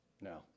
No